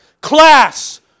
class